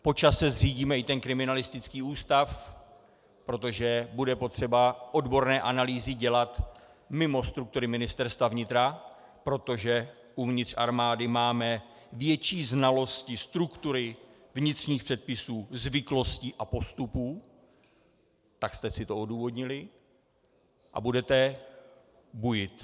Po čase zřídíme i ten kriminalistický ústav, protože bude potřeba odborné analýzy dělat mimo struktury Ministerstva vnitra, protože uvnitř armády máme větší znalosti struktury, vnitřních předpisů, zvyklostí a postupů, tak jste si to odůvodnili, a budete bujet.